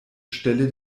stelle